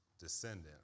Descendant